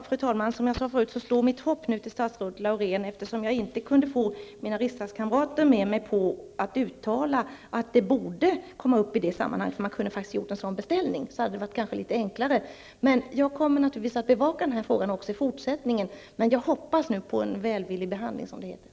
Fru talman! Som jag sade tidigare står mitt hopp nu till statsrådet Laurén, eftersom jag inte kunde få mina riksdagskamrater med på att uttala att denna fråga borde tas upp i detta sammanhang. En sådan beställning kunde faktiskt ha gjorts. Då hade det kanske varit litet enklare. Jag kommer naturligtvis att bevaka denna fråga även i fortsättningen. Men jag hoppas på en välvillig behandling, som det heter.